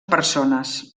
persones